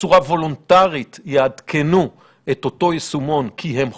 בצורה וולונטרית יעדכנו את אותו יישומון שהם חולים.